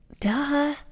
duh